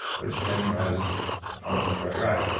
which then drives function throughout your eyes.